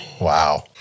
Wow